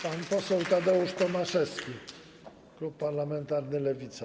Pan poseł Tadeusz Tomaszewski, klub parlamentarny Lewica.